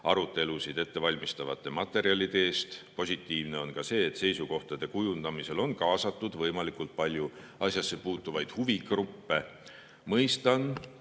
arutelusid ettevalmistavate materjalide eest. Positiivne on ka see, et seisukohtade kujundamisel on kaasatud võimalikult palju asjasse puutuvaid huvigruppe. Mõistan,